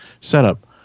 setup